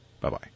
Bye-bye